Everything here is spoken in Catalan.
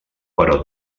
però